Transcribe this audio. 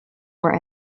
were